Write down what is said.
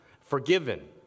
forgiven